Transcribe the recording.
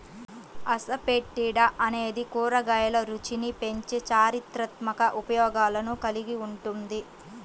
asafoetida అనేది కూరగాయల రుచిని పెంచే చారిత్రాత్మక ఉపయోగాలను కలిగి ఉంటుంది